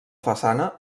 façana